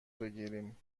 بگیریم